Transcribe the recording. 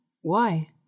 why